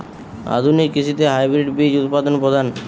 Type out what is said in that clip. আধুনিক কৃষিতে হাইব্রিড বীজ উৎপাদন প্রধান